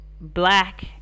black